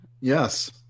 Yes